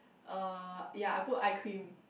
uh ya I put eye cream